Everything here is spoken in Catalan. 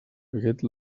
aquest